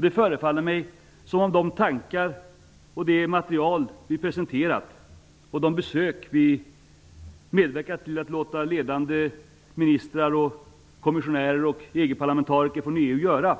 Det förefaller mig som om de tankar och det material som vi har presenterat och de besök vi har medverkat till att låta ledande ministrar, kommissionärer och EG-parlamentariker från EU göra